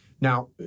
Now